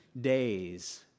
days